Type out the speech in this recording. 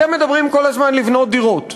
אתם מדברים כל הזמן על לבנות דירות.